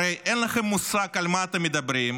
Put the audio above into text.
הרי אין לכם מושג על מה אתם מדברים,